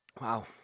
Wow